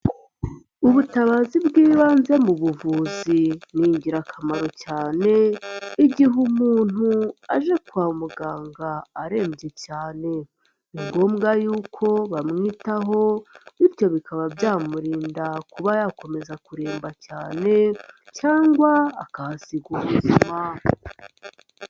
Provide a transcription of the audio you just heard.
Ubutabazi bw'ibanze mu buvuzi, ni ingirakamaro cyane igihe umuntu aje kwa muganga arembye cyane, ni ngombwa y'uko bamwitaho, bityo bikaba byamurinda kuba yakomeza kuremba cyane cyangwa akahasiga ubuzima.